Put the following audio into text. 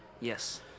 Yes